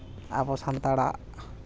ᱟᱵᱚ ᱥᱟᱱᱛᱟᱲᱟᱜ